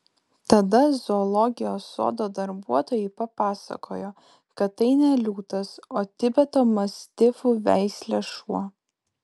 tada zoologijos sodo darbuotojai papasakojo kad tai ne liūtas o tibeto mastifų veislė šuo